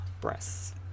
breasts